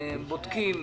בודקים